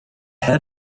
head